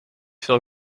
veel